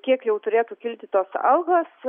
kiek jau turėtų kilti tos algos